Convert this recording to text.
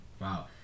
Wow